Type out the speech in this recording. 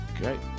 Great